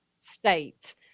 state